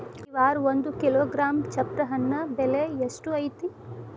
ಈ ವಾರ ಒಂದು ಕಿಲೋಗ್ರಾಂ ಚಪ್ರ ಹಣ್ಣ ಬೆಲೆ ಎಷ್ಟು ಐತಿ?